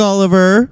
Oliver